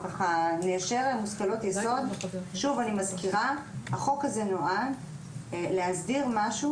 אני מזכירה שהחוק הזה נועד להסדיר משהו